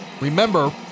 Remember